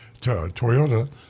Toyota